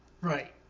right